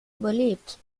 überlebt